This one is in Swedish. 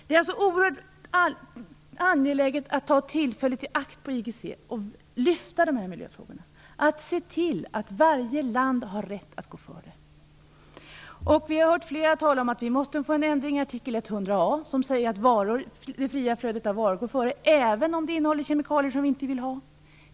Det är alltså oerhört angeläget att på IGC ta tillfället i akt att lyfta de här miljöfrågorna, att se till att varje land har rätt att gå före. Vi har hört flera tala om att vi måste få en ändring i artikel 100 a, som säger att det fria flödet av varor går före, även om varorna innehåller kemikalier som vi inte vill ha.